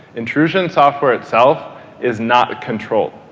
intrusion software itself is not controlled.